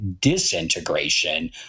disintegration